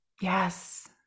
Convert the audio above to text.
Yes